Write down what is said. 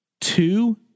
two